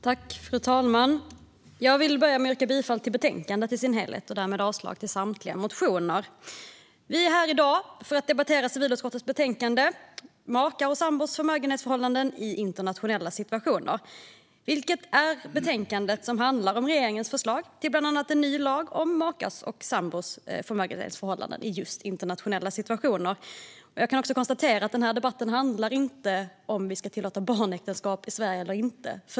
Fru talman! Jag vill börja med att yrka bifall till utskottets förslag i betänkandet i dess helhet och därmed avslag på samtliga motioner. Vi är här i dag för att debattera civilutskottets betänkande Makars och sambors förmögenhetsförhållanden i internationella situationer , vilket är ett betänkande som handlar om regeringens förslag till bland annat en ny lag om makars och sambors förmögenhetsförhållanden i just internationella situationer. Debatten handlar inte om huruvida vi ska tillåta barnäktenskap i Sverige eller inte.